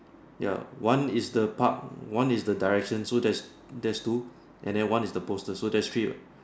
ya one is the pub one is the direction so there's there's two and then one is the poster so there's three ah